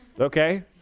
Okay